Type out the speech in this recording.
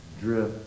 drip